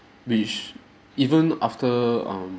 which even after um